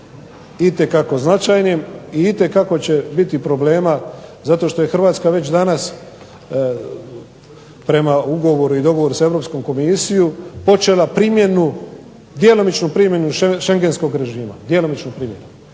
itekako značajnim i itekako će biti problema zato što je Hrvatska već danas prema ugovoru i dogovoru sa Europskom komisijom počela primjenu, djelomičnu primjenu schengenskog režima,